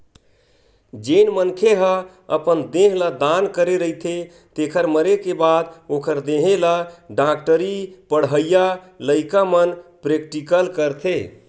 जेन मनखे ह अपन देह ल दान करे रहिथे तेखर मरे के बाद ओखर देहे ल डॉक्टरी पड़हइया लइका मन प्रेक्टिकल करथे